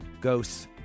ghosts